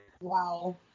Wow